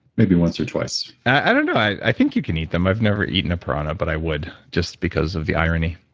maybe once or twice. i don't know, i think you can eat them. i've never eaten a piranha but i would, just because of the irony.